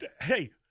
Hey